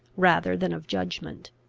rather than of judgment.